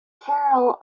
karel